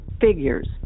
figures